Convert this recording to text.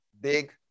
big